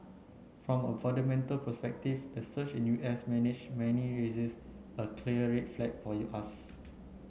from a fundamental perspective the surge in U S manage money raises a clear red flag for us